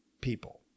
people